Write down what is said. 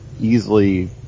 easily